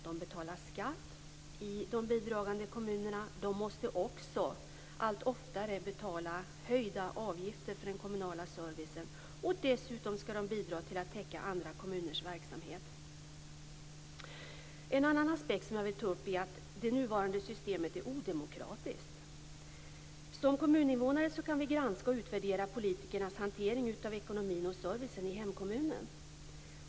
De betalar skatt i de bidragande kommunerna, och de måste också allt oftare betala höjda avgifter för den kommunala servicen. Dessutom skall de bidra till att täcka andra kommuners verksamhet. En annan aspekt som jag vill ta upp är att det nuvarande systemet är odemokratiskt. Som kommuninvånare kan vi granska och utvärdera politikernas hantering av ekonomin och servicen i hemkommunen.